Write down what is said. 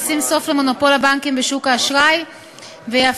ישים סוף למונופול הבנקים בשוק האשראי ויאפשר